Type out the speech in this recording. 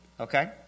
okay